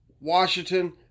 Washington